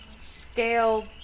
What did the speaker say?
scale